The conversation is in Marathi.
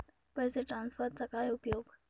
पैसे ट्रान्सफरचा काय उपयोग?